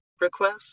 request